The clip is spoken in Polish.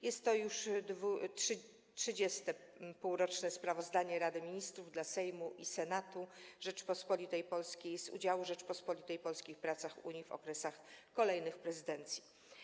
Jest to już trzydzieste półroczne sprawozdanie Rady Ministrów dla Sejmu i Senatu Rzeczypospolitej Polskiej z udziału Rzeczypospolitej Polskiej w pracach Unii w okresach kolejnych prezydencji.